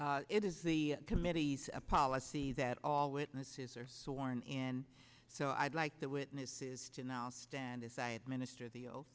will it is the committee's policy that all witnesses are sworn in so i'd like the witnesses to now stand as i administer the o